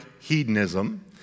hedonism